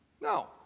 No